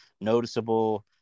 noticeable